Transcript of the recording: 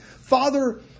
Father